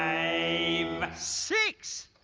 i mean six!